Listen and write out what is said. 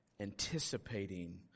anticipating